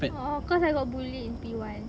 a'ah cause I got bullied in P one